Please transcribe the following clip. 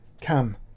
Come